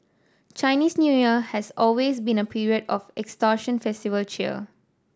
Chinese New Year has always been a period of extortion festival cheer